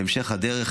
בהמשך הדרך,